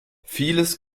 vieles